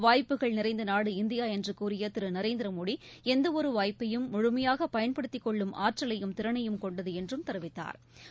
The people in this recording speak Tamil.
வாய்ப்புகள் நிறைந்த நாடு இந்தியா என்று கூறிய திரு நரேந்திரமோடி எந்த ஒரு வாய்ப்பையும் முழுமையாக பயன்படுத்திக் கொள்ளும் ஆற்றலையும் திறனையும் கொண்டது என்றும் தெரிவித்தாா்